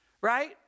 right